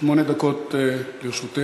שמונה דקות לרשותך.